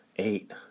Eight